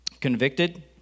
convicted